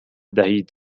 دهید